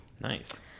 Nice